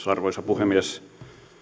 arvoisa puhemies